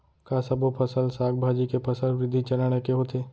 का सबो फसल, साग भाजी के फसल वृद्धि चरण ऐके होथे?